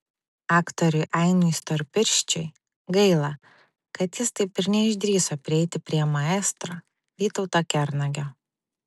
aktoriui ainiui storpirščiui gaila kad jis taip ir neišdrįso prieiti prie maestro vytauto kernagio